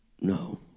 No